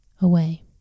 away